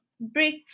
break